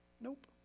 Nope